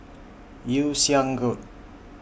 Yew Siang Road